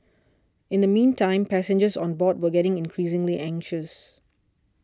in the meantime passengers on board were getting increasingly anxious